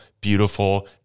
beautiful